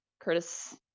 Curtis